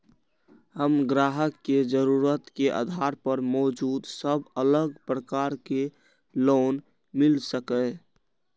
हम ग्राहक के जरुरत के आधार पर मौजूद सब अलग प्रकार के लोन मिल सकये?